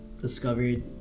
discovered